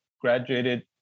graduated